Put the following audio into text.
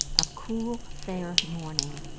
a cool fair morning,